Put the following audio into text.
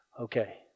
Okay